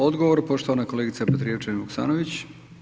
Odgovor, poštovana kolegica Petrijevčanin Vuksanović.